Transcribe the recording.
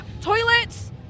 Toilets